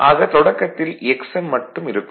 ஆக தொடக்கத்தில் Xm மட்டும் இருக்கும்